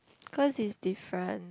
cause it's different